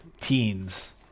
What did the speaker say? teens